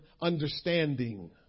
understanding